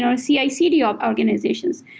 and cicd ah organizations.